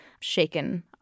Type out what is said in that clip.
shaken